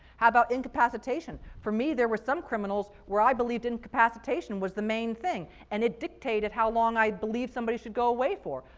how about incapacitation? for me, there were some criminals where i believed incapacitation was the main thing, and it dictated how long i believed somebody should go away for.